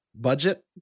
budget